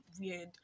weird